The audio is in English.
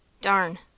Darn